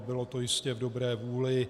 Bylo to jistě v dobré vůli.